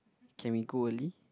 can we go early